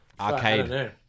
arcade